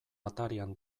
atarian